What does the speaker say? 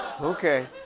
okay